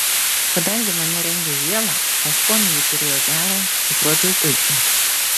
kadangi mane rengė ieva o skonį ji turėjo gerą atrodžiau puikiai